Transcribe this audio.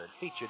featured